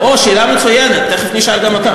אוה, שאלה מצוינת, תכף נשאל גם אותה.